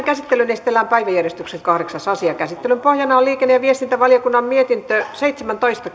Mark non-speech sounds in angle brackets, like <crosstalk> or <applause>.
<unintelligible> käsittelyyn esitellään päiväjärjestyksen kahdeksas asia käsittelyn pohjana on liikenne ja viestintävaliokunnan mietintö seitsemäntoista <unintelligible>